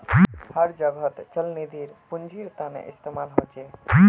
हर जोगोत चल निधिर पुन्जिर तने इस्तेमाल होचे